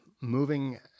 moving